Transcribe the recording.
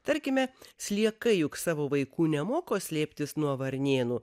tarkime sliekai juk savo vaikų nemoko slėptis nuo varnėnų